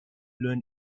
learn